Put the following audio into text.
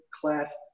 class